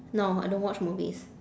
no I don't watch movies